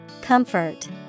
Comfort